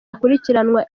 akurikiranwa